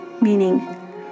meaning